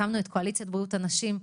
הקמנו את קואליציית בריאות הנשים.